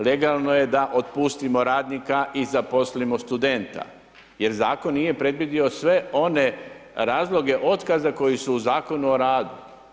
Legalno je da otpustimo radnika i zaposlimo studenta jer zakon nije predvidio sve one razloge otkaza koji su u Zakonu o radu.